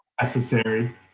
necessary